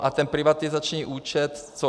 A ten privatizační účet co?